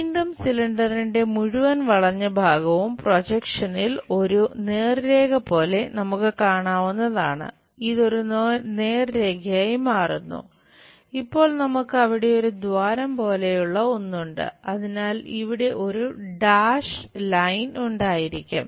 വീണ്ടും സിലിണ്ടറിന്റെ ഉണ്ടായിരിക്കും